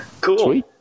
Cool